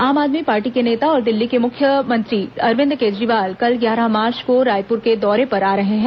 आम आदमी पार्टी के नेता और दिल्ली के मुख्यमंत्री अरविंद केजरीवाल कल ग्यारह मार्च को रायपुर के दौरे पर आ रहे हैं